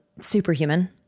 Superhuman